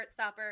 Heartstopper